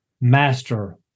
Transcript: master